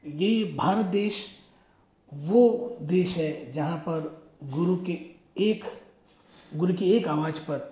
ये भारत देश वो देश है जहाँ पर गुरु के एक गुरु के एक आवाज़ पर